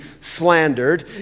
slandered